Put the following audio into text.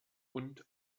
und